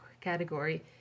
category